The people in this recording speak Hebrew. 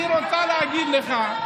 אני רוצָה להגיד לך,